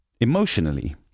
emotionally